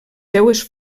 seues